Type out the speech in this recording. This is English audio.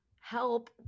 help